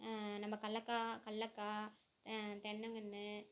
நம்ம கல்லக்காய் கல்லக்காய் தென்னங்கன்று